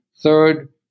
third